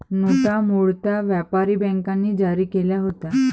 नोटा मूळतः व्यापारी बँकांनी जारी केल्या होत्या